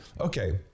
Okay